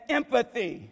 empathy